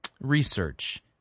research